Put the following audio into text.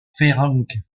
ferenc